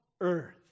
Earth